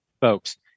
folks